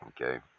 Okay